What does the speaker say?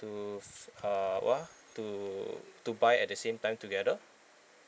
to f~ uh wha~ to to buy at the same time together